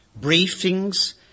briefings